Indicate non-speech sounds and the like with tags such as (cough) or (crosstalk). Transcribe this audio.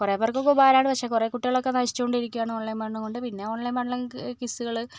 കുറേ പേർക്കൊക്കെ ഉപകാരമാണ് പക്ഷെ കുറെ കുട്ടികളൊക്കെ നശിച്ചു കൊണ്ടിരിക്കുകയാണ് ഓൺലൈൻ പഠനം കൊണ്ട് പിന്നെ ഓൺലൈൻ (unintelligible) ക്വിസുകൾ